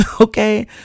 okay